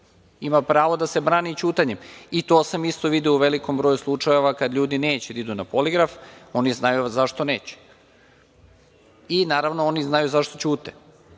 pravo da se brani ćutanjem i to sam isto video u velikom broju slučajeva kada ljudi neće da idu na poligraf, oni znaju zašto neće i naravno, oni znaju i zašto ćute